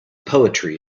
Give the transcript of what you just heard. poetry